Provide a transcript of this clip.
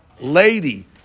lady